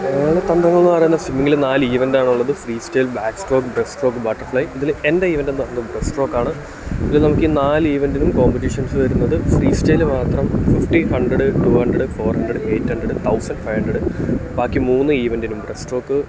വേറെ തന്ത്രങ്ങളെന്നു പറയുന്നത് സ്വിമ്മിങ്ങിൽ നാല് ഇവന്റാണുള്ളത് free style back stroke breast stroke butterfly ഇതിൽ എൻ്റെ ഈവെൻ്റെന്നു പറയുന്നത് ബ്രസ്റ്റ് സ്ട്രോക്കാണ് ഇത് നമുക്കി നാല് ഇവൻറ്റിലും കോമ്പറ്റീഷൻസ് വരുന്നത് ഫ്രീ സ്റ്റൈലിൽ മാത്രം fifty hundred two hundred four hundred eight hundred thousand five hundred ബാക്കി മൂന്ന് ഈവൻറ്റിനും ബ്രസ്റ്റ് സ്ട്രോക്ക്